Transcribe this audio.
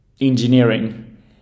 engineering